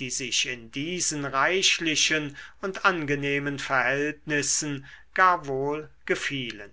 die sich in diesen reichlichen und angenehmen verhältnissen gar wohl gefielen